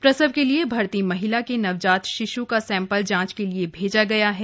प्रसव के लिए भर्ती महिला के नवजात शिशु का सैपल जांच के लिए भेजा गया है